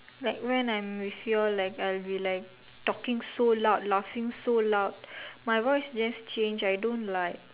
like when I'm with ya'll I'll be like talking so loud laughing so loud my voice just change I don't like